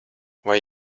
vai